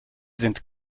sind